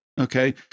okay